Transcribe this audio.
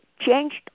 changed